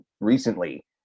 recently